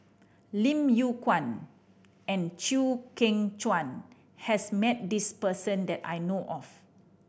Lim Yew Kuan and Chew Kheng Chuan has met this person that I know of